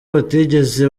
batigeze